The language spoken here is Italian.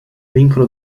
vincolo